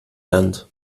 land